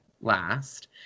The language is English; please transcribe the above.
last